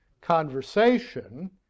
conversation